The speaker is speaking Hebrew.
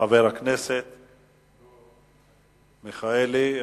חבר הכנסת אברהם מיכאלי.